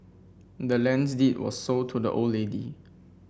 the land's deed was sold to the old lady